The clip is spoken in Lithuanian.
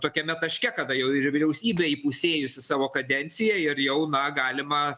tokiame taške kada jau ir vyriausybė įpusėjus savo kadenciją ir jau na galima